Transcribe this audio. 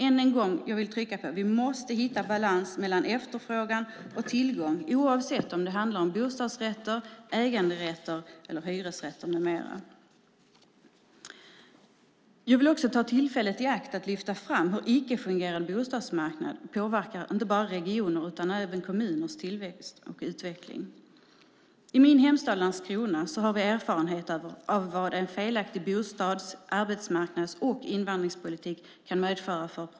Än en gång vill jag trycka på detta: Vi måste hitta balans mellan efterfrågan och tillgång oavsett om det handlar om bostadsrätter, äganderätter eller hyresrätter med mera. Jag vill också ta tillfället i akt att lyfta fram hur en icke fungerande bostadsmarknad påverkar inte bara regioners utan även kommuners tillväxt och utveckling. I min hemstad Landskrona har vi erfarenheter av vilka problem en felaktig bostads-, arbetsmarknads och invandringspolitik kan medföra.